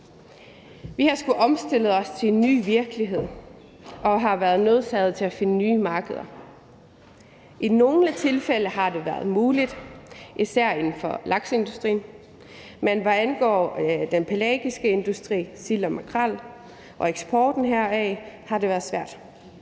Vi har skullet omstille os til en ny virkelighed og har været nødsaget til at finde nye markeder. I nogle tilfælde har det været muligt, især inden for lakseindustrien, men hvad angår den pelagiske industri – sild og makrel – og eksporten heraf, har det været svært.